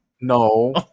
No